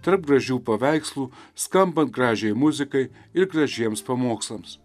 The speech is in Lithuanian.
tarp gražių paveikslų skambant gražiai muzikai ir gražiems pamokslams